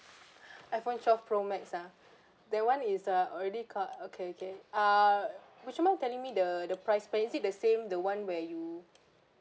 iphone twelve pro max ah that one is uh already co~ okay okay ah would you mind telling me the the price where is it the same the one where you